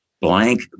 blank